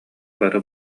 бары